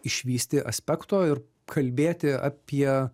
išvysti aspekto ir kalbėti apie